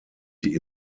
die